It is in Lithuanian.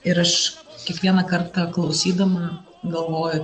ir aš kiekvieną kartą klausydama galvoju